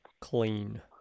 clean